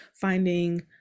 finding